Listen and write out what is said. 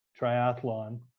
triathlon